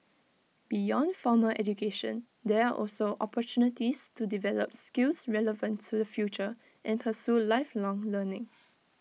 beyond formal education there are also opportunities to develop skills relevant to the future and pursue lifelong learning